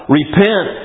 repent